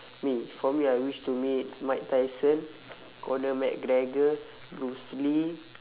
me for me I wish to meet mike tyson connor mcgregor bruce lee